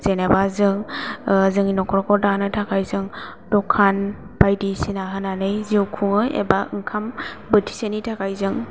जेनोबा जों जोंनि नखरखौ दानो थाखाय जों दखान बायदिसिना होनानै जिउ खुङो एबा ओंखाम बोथिसेनि थाखाय जों